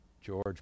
George